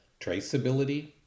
traceability